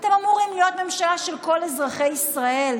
אתם אמורים להיות ממשלה של כל אזרחי ישראל.